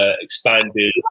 expanded